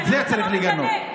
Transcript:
ואת זה צריך לגנות.